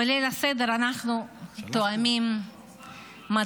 בליל הסדר אנחנו טועמים מצה,